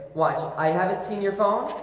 what i haven't seen your phone,